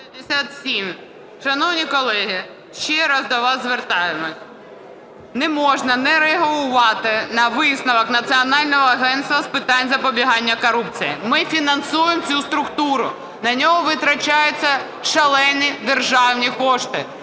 Шановні колеги, ще раз до вас звертаємося. Не можна не реагувати на висновок Національного агентства з питань запобігання корупції. Ми фінансуємо цю структуру, на нього витрачаються шалені державні кошти.